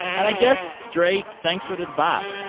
and i guess, drake, thanks for this bop